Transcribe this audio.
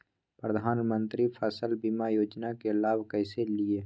प्रधानमंत्री फसल बीमा योजना के लाभ कैसे लिये?